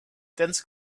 dense